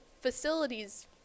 facilities